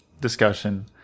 discussion